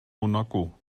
monaco